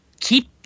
keep